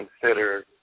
consider